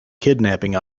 kidnapping